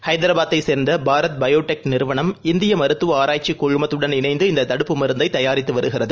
ஹைதராபாத்தைச் சேர்ந்தபாரத் பயோடெக் நிறுவனம் இந்தியமருத்துவஆராய்ச்சிக் குழுமத்துடன் இணைந்து இந்ததடுப்பு மருந்தைதயாரித்துவருகிறது